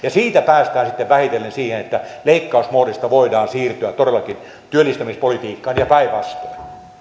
siitä päästään sitten vähitellen siihen että leikkausmoodista voidaan siirtyä todellakin työllistämispolitiikkaan ja päinvastoin